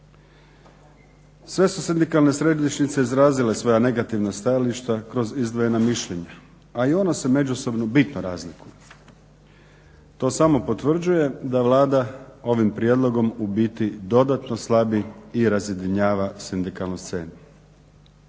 Sve su sindikalne središnjice izrazile svoja negativna stajališta kroz izdvojena mišljenja, a i ona se međusobno bitno razlikuju. To samo potvrđuje da Vlada ovim prijedlogom u biti dodatno slabi i razjedinjava sindikalnu scenu.